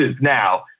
now